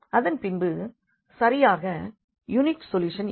அதன்பின்பு சரியாக unique solution இருக்கும்